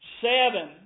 seven